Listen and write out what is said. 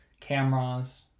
cameras